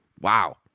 Wow